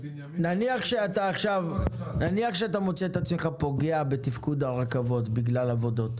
נניח שאתה מוצא את עצמך פוגע בתפקוד הרכבות בגלל עבודות